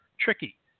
tricky